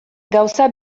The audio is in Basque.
gauza